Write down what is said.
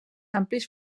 amplis